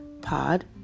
pod